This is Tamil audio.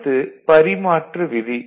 அடுத்து பரிமாற்று விதி